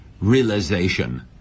realization